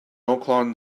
oaklawn